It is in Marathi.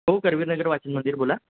हो करवीर नगर वाचन मंदिर बोला